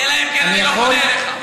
אלא אם כן אני לא פונה אליך.